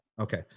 okay